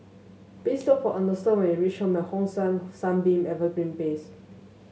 please look for Ernesto when you reach Home at Hong San Sunbeam Evergreen Place